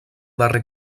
darrer